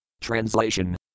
Translation